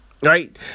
right